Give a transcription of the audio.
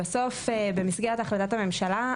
במסגרת החלטת הממשלה,